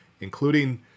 including